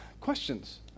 questions